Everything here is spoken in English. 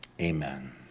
Amen